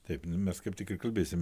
taip mes kaip tik ir kalbėsim